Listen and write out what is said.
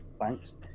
Thanks